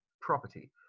property